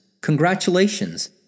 Congratulations